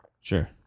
Sure